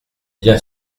bien